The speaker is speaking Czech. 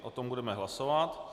O tom budeme hlasovat.